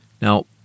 Now